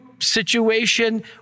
situation